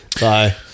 Bye